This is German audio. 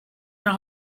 nach